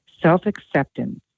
self-acceptance